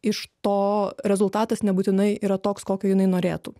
iš to rezultatas nebūtinai yra toks kokio jinai norėtų